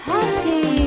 Happy